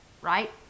right